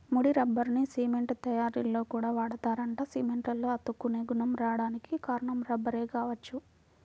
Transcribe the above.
ముడి రబ్బర్ని సిమెంట్ తయ్యారీలో కూడా వాడతారంట, సిమెంట్లో అతుక్కునే గుణం రాడానికి కారణం రబ్బరే గావచ్చు